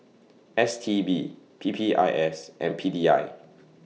S T B P P I S and P D I